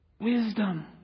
Wisdom